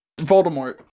Voldemort